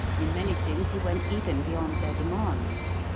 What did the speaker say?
in many things he went even beyond their demands.